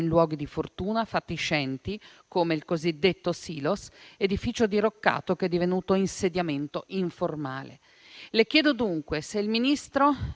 luoghi di fortuna fatiscenti, come il cosiddetto Silos, edificio diroccato che è divenuto insediamento informale. Le chiedo dunque, Ministro,